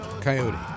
Coyote